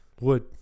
Wood